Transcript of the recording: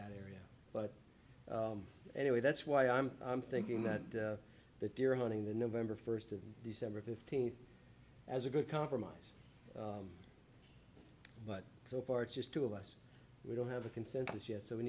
that area but anyway that's why i'm thinking that the deer hunting the november first of december fifteenth as a good compromise but so far it's just two of us we don't have a consensus yet so we